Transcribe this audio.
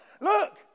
Look